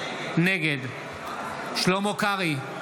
נגד שלמה קרעי,